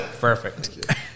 Perfect